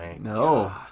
No